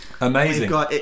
amazing